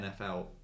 NFL